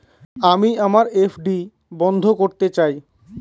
আমি আমার এফ.ডি বন্ধ করতে চাই